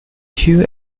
two